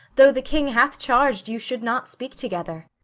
though the king hath charg'd you should not speak together.